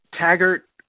taggart